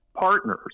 partners